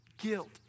guilt